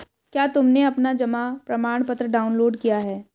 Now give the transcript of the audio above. क्या तुमने अपना जमा प्रमाणपत्र डाउनलोड किया है?